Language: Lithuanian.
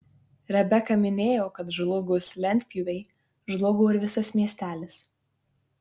rebeka minėjo kad žlugus lentpjūvei žlugo ir visas miestelis